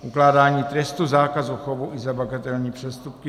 Ukládání trestu zákazu chovu i za bagatelní přestupky.